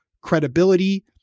credibility